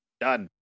done